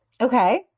Okay